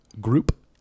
group